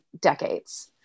decades